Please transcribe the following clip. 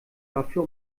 dafür